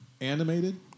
animated